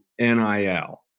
NIL